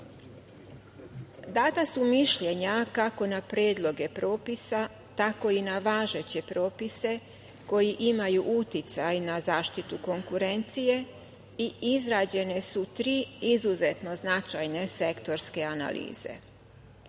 su mišljenja kako na predloge propisa, tako i na važeće propise koji imaju uticaj na zaštitu konkurencije i izrađene su tri izuzetno značajne sektorske analize. Cilj